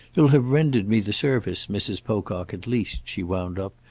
you'll have rendered me the service, mrs. pocock, at least, she wound up,